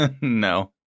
No